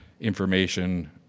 Information